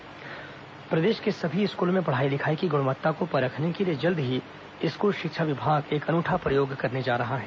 school शिक्षा गुणवत्ता प्रदेश के सभी स्कूलों में पढ़ाई लिखाई की गुणवत्ता को परखने के लिए जल्द ही स्कूल शिक्षा विभाग एक अनूठा प्रयोग करने जा रहा है